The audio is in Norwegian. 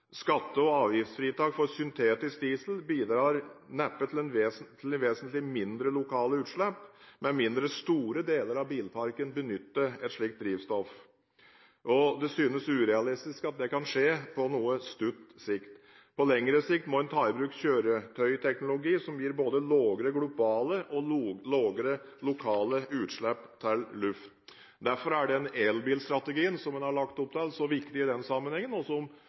Skatte- og avgiftsfritak for syntetisk diesel bidrar neppe til vesentlig mindre lokale utslipp med mindre store deler av bilparken benytter slikt drivstoff. Det synes urealistisk at det kan skje på kort sikt. På lengre sikt må en ta i bruk kjøretøyteknologi som gir både lavere globale og lavere lokale utslipp til luft. Derfor er den elbilstrategien som en har lagt opp til, som et bredt flertall i Stortinget nå har stilt seg bak, så viktig i den sammenheng, og